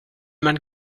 man